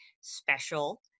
special